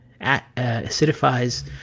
acidifies